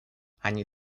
они